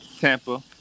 Tampa